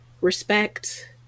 respect